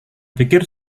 pikir